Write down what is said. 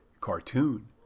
cartoon